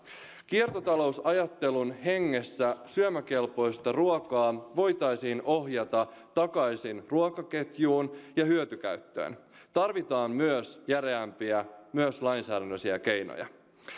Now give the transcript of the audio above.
kiertotalousajattelun hengessä syömäkelpoista ruokaa voitaisiin ohjata takaisin ruokaketjuun ja hyötykäyttöön tarvitaan myös järeämpiä myös lainsäädännöllisiä keinoja